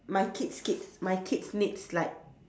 my kids kids my kids needs like